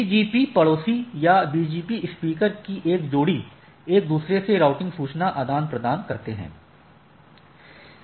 BGP पड़ोसी या BGP speaker की एक जोड़ी एक दूसरे से राउटिंग सूचना आदान प्रदान करते हैं